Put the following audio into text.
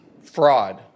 Fraud